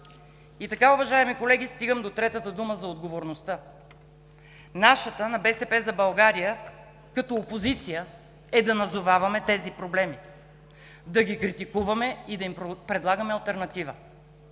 И така, уважаеми колеги, стигам до третата дума – за отговорността. Нашата, на „БСП за България“ като опозиция, е да назоваваме тези проблеми, да ги критикуваме и да им предлагаме алтернатива.